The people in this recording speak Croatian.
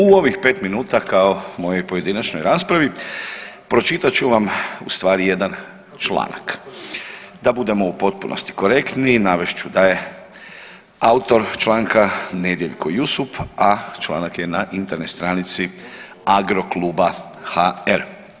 U ovih pet minuta kao mojoj pojedinačnoj raspravi pročitat ću vam ustvari jedan članak, da budemo u potpunosti korektni navest ću da je autor članka Nedjeljko Jusup, a članak je na Internet stranici Agrokluba.hr.